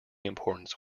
importance